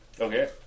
Okay